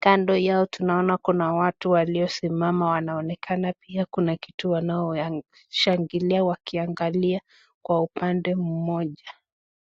Kando yao tunaona kuna watu waliosimama wanaonekana pia kuna kitu wanaoshangilia wakiangalia kwa upande mmoja.